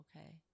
okay